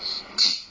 six